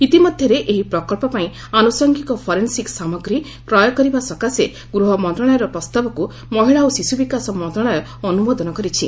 ଇତିମଧ୍ୟରେ ଏହି ପ୍ରକଳ୍ପ ପାଇଁ ଆନୁଷଙ୍ଗିକ ଫରେନ୍ସିକ୍ ସାମଗ୍ରୀ କ୍ରୟ କରିବା ସକାଶେ ଗୃହ ମନ୍ତ୍ରଣାଳୟର ପ୍ରସ୍ତାବକୁ ମହିଳା ଓ ଶିଶୁବିକାଶ ମନ୍ତ୍ରଣାଳୟର ଅନୁମୋଦନ କରିଛି